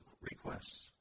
requests